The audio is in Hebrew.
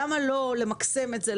למה לא למקסם את זה?